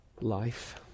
life